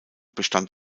bestand